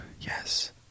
yes